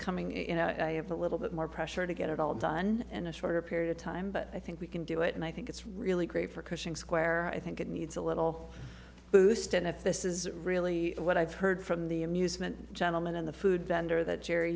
in i have a little bit more pressure to get it all done in a shorter period of time but i think we can do it and i think it's really great for coaching square i think it needs a little boost and if this is really what i've heard from the amusement gentlemen in the food vendor that jerry